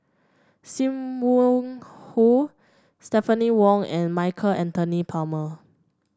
Sim Wong Hoo Stephanie Wong and Michael Anthony Palmer